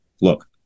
look